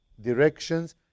directions